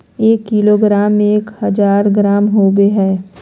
एक किलोग्राम में एक हजार ग्राम होबो हइ